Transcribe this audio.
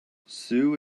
sue